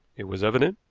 it was evident,